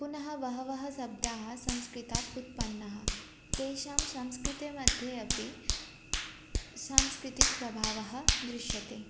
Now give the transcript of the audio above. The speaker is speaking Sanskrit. पुनः बहवःशब्दाः संस्कृतात् उत्पन्नः तेषां संस्कृतमध्ये अपि सांस्कृतिकः प्रभावः दृश्यते